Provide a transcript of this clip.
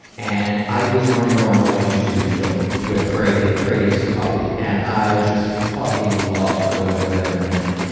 and, ivy is running around like she's two years old, with grady. grady is the puppy. and i just fucking love going over there. and,